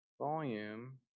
volume